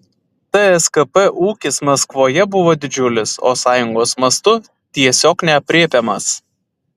tskp ūkis maskvoje buvo didžiulis o sąjungos mastu tiesiog neaprėpiamas